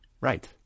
Right